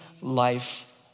life